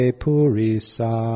purisa